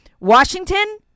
Washington